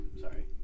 sorry